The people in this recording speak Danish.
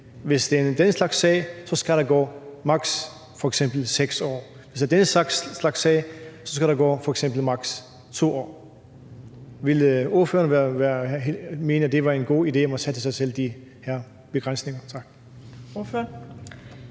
hvis det er den slags sager, så skal der gå f.eks. maks. 6 år. Er det den slags sager, skal der gå f.eks. maks. 2 år. Ville ordføreren mene, at det var en god idé, at man selv satte sig de her begrænsninger?